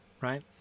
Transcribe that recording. right